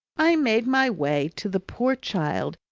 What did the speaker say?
i made my way to the poor child,